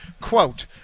Quote